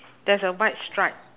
there's a white stripe